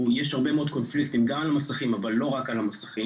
יש הרבה מאוד קונפליקטים גם על המסכים אבל לא רק על המסכים,